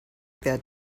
that